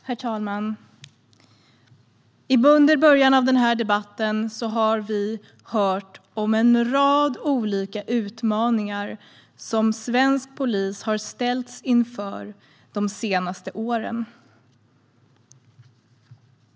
Herr talman! Under inledningen av denna debatt har vi fått höra om en rad olika utmaningar som svensk polis har ställts inför de senaste åren.